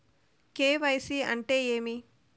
KYC అంటే ఏమి?